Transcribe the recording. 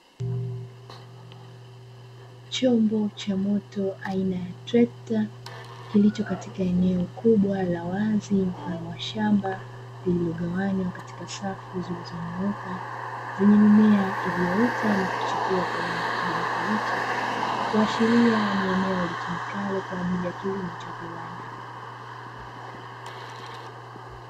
Chombo cha moto aina ya trekta kilicho katika eneo kubwa la wazi mfano wa shamba lililogawanywa katika safu zilizonyooka, zenye mimea iliyoota na kuchipua kwa rangi kijani kibichi, kuashiria ni eneo litumikalo kwa ajili ya kilimo cha viwanda.